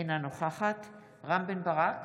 אינה נוכחת רם בן ברק,